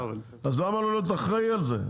אז למה לא להיות אחראי על זה?